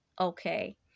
okay